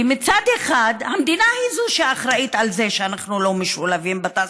כי מצד אחד המדינה היא שאחראית לזה שאנחנו לא משולבים בתעסוקה,